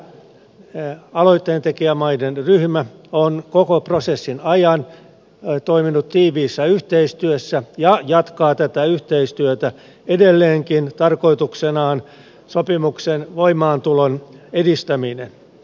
tämä aloitteentekijämaiden ryhmä on koko prosessin ajan toiminut tiiviissä yhteistyössä ja jatkaa tätä yhteistyötä edelleenkin tarkoituksenaan sopimuksen voimaantulon edistäminen